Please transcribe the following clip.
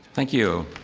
thank you.